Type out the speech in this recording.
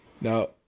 Now